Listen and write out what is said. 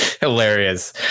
hilarious